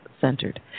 centered